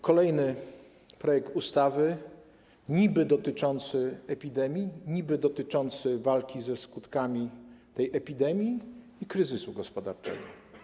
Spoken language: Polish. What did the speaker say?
Kolejny projekt ustawy niby-dotyczący epidemii, niby-dotyczący walki ze skutkami tej epidemii i kryzysu gospodarczego.